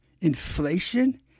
Inflation